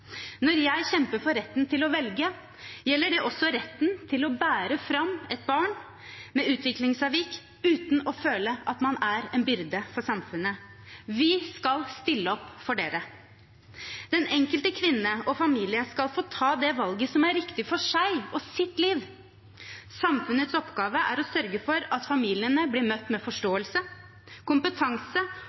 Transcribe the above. Når jeg kjemper for retten til å velge, gjelder det også retten til å bære fram et barn med utviklingsavvik uten å føle at man er en byrde for samfunnet. Vi skal stille opp for dem! Den enkelte kvinne og familie skal få ta det valget som er riktig for dem og deres liv. Samfunnets oppgave er å sørge for at familiene blir møtt med forståelse, kompetanse